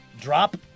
Drop